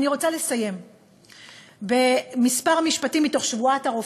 אני רוצה לסיים בכמה משפטים מתוך שבועת הרופאים: